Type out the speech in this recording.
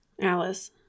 Alice